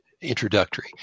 introductory